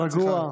רגוע.